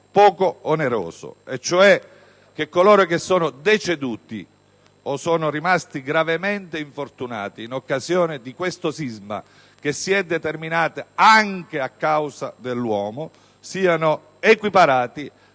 poco oneroso, e cioè che coloro che sono deceduti o sono rimasti gravemente infortunati in occasione di quel sisma, che si è determinato anche a causa dell'uomo, siano equiparati